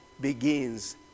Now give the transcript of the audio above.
begins